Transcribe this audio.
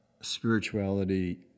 spirituality